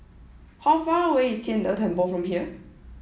how far away is Tian De Temple from here